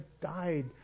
died